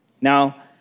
Now